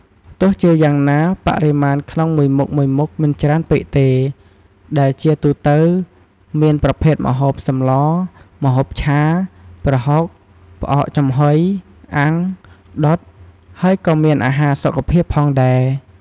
ទោះជាយ៉ាងណា បរិមាណក្នុងមួយមុខៗមិនច្រើនពេកទេ ដែលជាទូទៅមាន ប្រភេទម្ហូប សម្លរ ម្ហូបឆា ប្រហុក ផ្អកចំហុយ អាំង ដុត ហើយក៏មានអារហារសុខភាពផងដែរ។